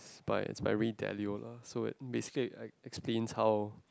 by it's by lah so it basically I I explains how